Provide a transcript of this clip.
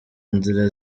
nzira